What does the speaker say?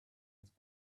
his